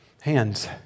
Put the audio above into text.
hands